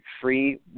free